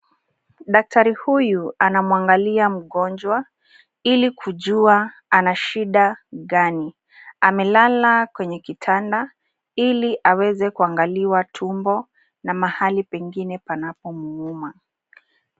Daktari huyu anamwangalia mgonjwa ili kujua ana shida gani. Amelala kwenye kitanda ili aweze kuangaliwa tumbo na mahali pengine panapomuuma.